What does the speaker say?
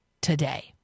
today